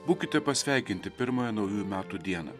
būkite pasveikinti pirmąją naujųjų metų dieną